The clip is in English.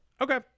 Okay